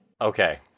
okay